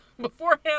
beforehand